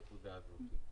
להבהיר.